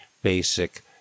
basic